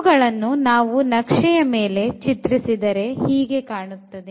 ಇವುಗಳನ್ನು ನಾವು ನಕ್ಷೆಯ ಮೇಲೆ ಚಿತ್ರಿಸಿದರೆ ಹೀಗೆ ಕಾಣುತ್ತದೆ